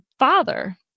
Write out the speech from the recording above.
father